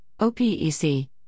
OPEC